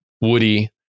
woody